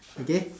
okay